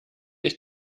ich